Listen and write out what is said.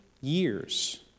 years